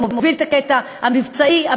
שמוביל את הקטע המבצעי-הביטחוני,